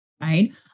right